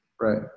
Right